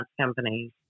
companies